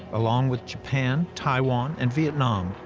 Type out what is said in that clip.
along with japan, taiwan and vietnam,